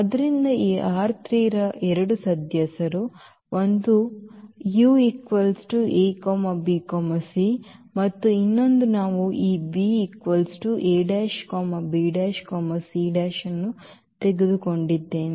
ಆದ್ದರಿಂದ ಈ ರ 2 ಸದಸ್ಯರು ಒಂದು u a b c ಮತ್ತು ಇನ್ನೊಂದು ನಾವು ಈ ಅನ್ನು ತೆಗೆದುಕೊಂಡಿದ್ದೇವೆ